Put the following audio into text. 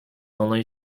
only